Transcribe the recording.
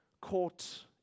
caught